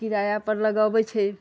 किराया पर लगैबे छै